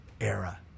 era